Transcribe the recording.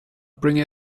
bring